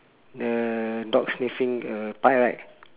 the dog sniffing a pie right